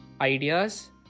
ideas